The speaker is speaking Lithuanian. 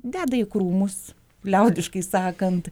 deda į krūmus liaudiškai sakant